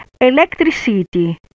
Electricity